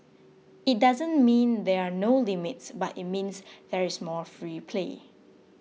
it doesn't mean there are no limits but it means there is more free play